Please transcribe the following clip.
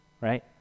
right